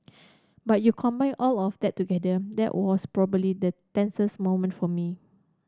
but you combine all of that together that was probably the tensest moment for me